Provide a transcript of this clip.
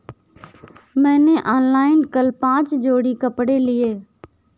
मैंने ऑनलाइन कल पांच जोड़ी कपड़े लिए